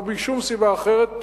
לא משום סיבה אחרת,